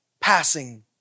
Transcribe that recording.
passing